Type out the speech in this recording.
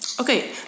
Okay